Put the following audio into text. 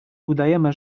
udajemy